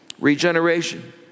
regeneration